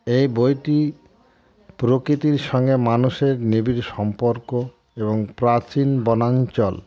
এই বইটি প্রকৃতির সঙ্গে মানুষের নিবিড় সম্পর্ক এবং প্রাচীন বনাঞ্চল